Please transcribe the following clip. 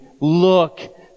look